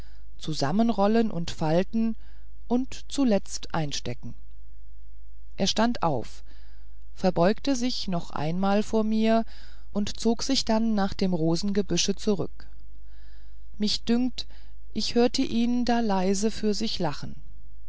zusammenrollen und falten und zuletzt einstecken er stand auf verbeugte sich noch einmal vor mir und zog sich dann nach dem rosengebüsche zurück mich dünkt ich hörte ihn da leise für sich lachen